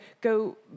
go